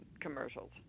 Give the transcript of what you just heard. commercials